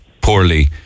poorly